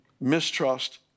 mistrust